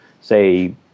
say